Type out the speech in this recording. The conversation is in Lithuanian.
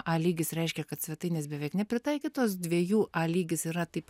a lygis reiškia kad svetainės beveik nepritaikytos dviejų a lygis yra taip